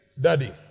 daddy